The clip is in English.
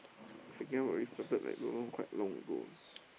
second one already started if I'm not wrong quite long ago